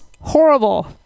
horrible